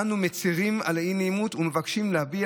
אנו מצירים על האי-נעימות ומבקשים להביע